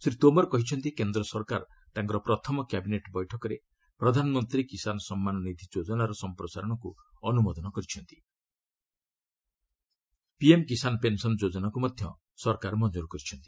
ଶ୍ରୀ ତୋମର୍ କହିଛନ୍ତି କେନ୍ଦ୍ର ସରକାର ତାଙ୍କର ପ୍ରଥମ କ୍ୟାବିନେଟ୍ ବୈଠକରେ ପ୍ରଧାନମନ୍ତ୍ରୀ କିଷାନ ସମ୍ମାନ ନିଧି ଯୋଜନାର ସମ୍ପ୍ରସାରଣକୁ ଅନୁମୋଦନ କରିଛନ୍ତି ଓ ପିଏମ୍ କିଷାନ ପେନ୍ସନ୍ ଯୋଜନା ମଞ୍ଜୁର କରିଛନ୍ତି